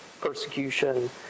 persecution